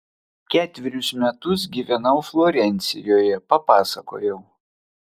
ketverius metus gyvenau florencijoje pasakojau